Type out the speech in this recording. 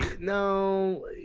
No